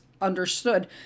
understood